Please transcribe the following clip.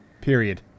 Period